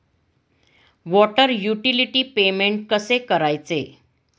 Water utility payment कसे करायचे?